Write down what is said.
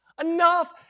Enough